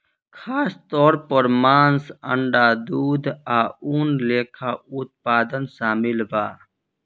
खासतौर पर मांस, अंडा, दूध आ ऊन लेखा उत्पाद शामिल बा